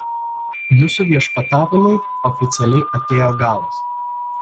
jūsų viešpatavimui oficialiai atėjo galas